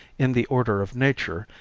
in the order of nature,